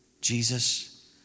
Jesus